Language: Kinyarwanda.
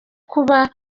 kuba